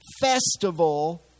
festival